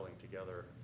together